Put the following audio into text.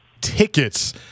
tickets